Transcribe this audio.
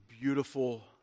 beautiful